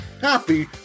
happy